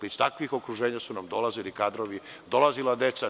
Iz takvih okruženja su nam dolazili kadrovi, dolazila deca.